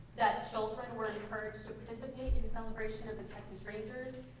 that children were encouraged to participate in the celebration of the texas rangers.